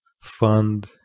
fund